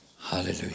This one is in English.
Hallelujah